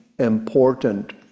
important